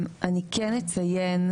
אני אציין,